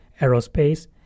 aerospace